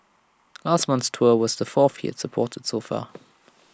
last month's tour was the fourth he has supported so far